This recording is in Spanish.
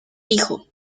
hijo